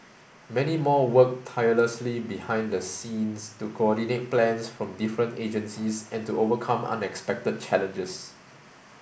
many more worked tirelessly behind the scenes to coordinate plans from different agencies and to overcome unexpected challenges